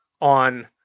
on